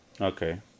Okay